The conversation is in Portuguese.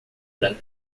grande